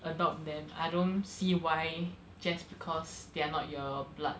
adopt them I don't see why just because they are not your blood